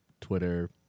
Twitter